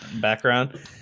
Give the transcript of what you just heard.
background